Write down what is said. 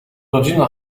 rodzina